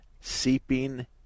seeping